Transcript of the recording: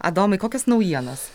adomai kokios naujienos